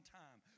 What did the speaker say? time